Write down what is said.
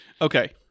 Okay